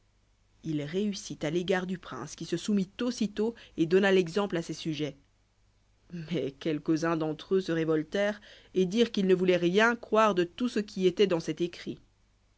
il réussit à l'égard du prince qui se soumit aussitôt et donna l'exemple à ses sujets mais quelques-uns d'entre eux se révoltèrent et dirent qu'ils ne vouloient rien croire de tout ce qui étoit dans cet écrit